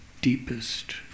deepest